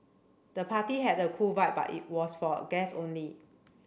the party had a cool vibe but it was for guess only